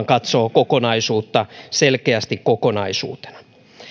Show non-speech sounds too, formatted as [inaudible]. [unintelligible] katsoo kokonaisuutta selkeästi kokonaisuutena